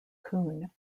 kun